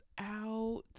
out